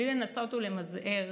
בלי לנסות למזער